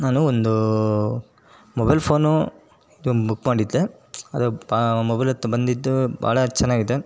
ನಾನು ಒಂದು mobile phone ಇದನ್ನ ಬುಕ್ ಮಾಡಿದ್ದೆ ಅದು ಬ ಆ ಮೊಬೈಲಂತು ಬಂದಿತ್ತು ಭಾಳ ಚೆನ್ನಾಗಿದೆ